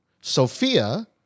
Sophia